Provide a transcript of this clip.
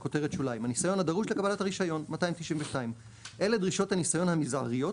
"הניסיון הדרוש לקבלת הרישיון 292 אלה דרישות הניסיון המזעריות